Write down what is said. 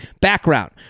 Background